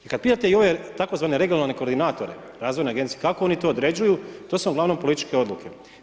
I kad pitate ove tzv. regionalne kooridnatore, razvojne agenije, kako oni to određuju, to su vam uglavnom političke odluka.